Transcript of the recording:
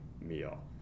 meal